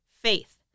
Faith